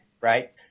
right